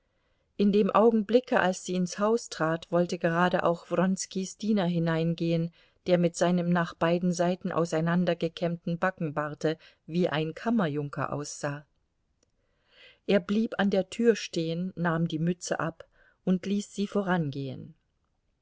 in dem augenblicke als sie ins haus trat wollte gerade auch wronskis diener hineingehen der mit seinem nach beiden seiten auseinandergekämmten backenbarte wie ein kammerjunker aussah er blieb an der tür stehen nahm die mütze ab und ließ sie vorangehen